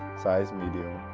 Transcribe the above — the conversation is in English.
size medium,